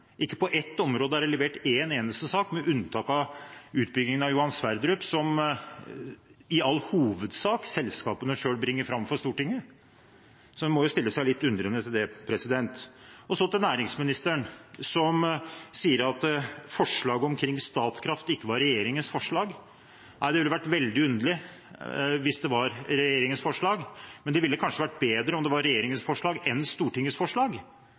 Ikke på ett område er det levert en eneste sak, med unntak av utbyggingen av Johan Sverdrup-feltet, som i all hovedsak selskapene selv bringer fram for Stortinget. Så en må jo stille seg litt undrende til det. Så til næringsministeren, som sier at forslaget omkring Statkraft ikke var regjeringens forslag. Nei, det ville vært veldig underlig hvis det var regjeringens forslag, men det ville kanskje vært bedre om det var regjeringens forslag enn Stortingets forslag.